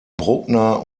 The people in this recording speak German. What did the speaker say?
bruckner